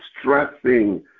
stressing